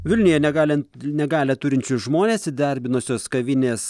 vilniuje negalint negalią turinčius žmones įdarbinusios kavinės